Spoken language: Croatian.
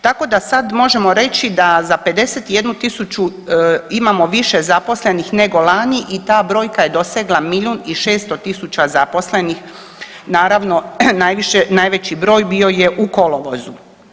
Tako da sada možemo reći da za 51.000 imamo više zaposlenih nego lani i ta brojka je dosegla milijun i 600 zaposlenih, naravno najviše, najveći broj bio je u kolovozu.